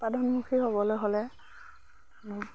উৎপাদনমুখী হ'বলৈ হ'লে